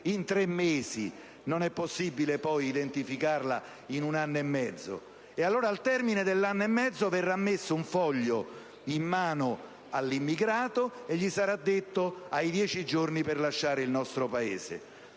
in tre mesi, non è possibile poi identificarla in un anno e mezzo. Allora, al termine dell'anno e mezzo verrà messo un foglio in mano all'immigrato e gli sarà detto che ha dieci giorni per lasciare il nostro Paese.